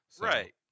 Right